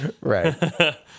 right